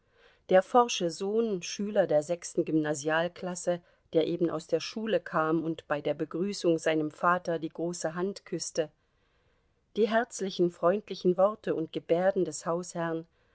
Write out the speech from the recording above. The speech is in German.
der forsche sohn schüler der sechsten gymnasialklasse der eben aus der schule kam und bei der begrüßung seinem vater die große hand küßte die herzlichen freundlichen worte und gebärden des hausherrn